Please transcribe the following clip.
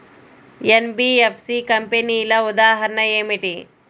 NBFC కంపెనీల ఉదాహరణ ఏమిటి?